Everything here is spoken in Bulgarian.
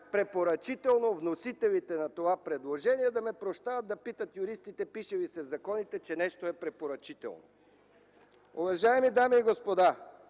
прощават вносителите на това предложение, но да питат юристите пише ли се в законите, че нещо е препоръчително. Уважаеми дами и господа,